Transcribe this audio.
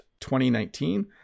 2019